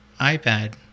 ipad